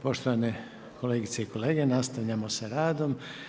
Poštovane kolegice i kolege, nastavljamo sa radom.